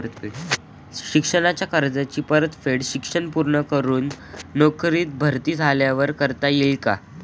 शिक्षणाच्या कर्जाची परतफेड शिक्षण पूर्ण करून नोकरीत भरती झाल्यावर करता येईल काय?